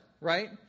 right